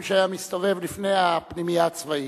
שהיה מסתובב לפני הפנימייה הצבאית.